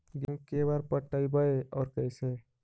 गेहूं के बार पटैबए और कैसे?